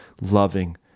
loving